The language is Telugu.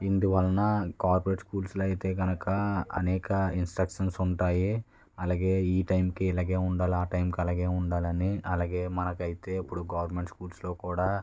ఇందువలన కార్పొరేట్ స్కూల్స్లో అయితే కనుక అనేక ఇన్స్ట్రక్షన్స్ ఉంటాయి అలాగే ఈ టైంకి ఇలగే ఉండాలి ఆ టైమ్కి అలాగే ఉండాలని అలగే మనకి అయితే ఇప్పుడు గవర్నమెంట్ స్కూల్స్లో కూడా